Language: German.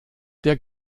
der